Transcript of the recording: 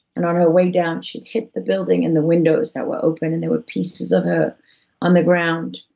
and on her way down she hit the building and the windows that were open, and there were pieces of her ah on the ground.